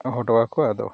ᱫᱚᱦᱚ ᱦᱚᱴᱚ ᱟᱠᱚᱣᱟ ᱟᱫᱚ